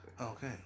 okay